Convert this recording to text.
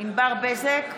ענבר בזק,